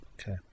Okay